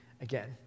again